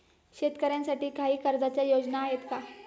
शेतकऱ्यांसाठी काही कर्जाच्या योजना आहेत का?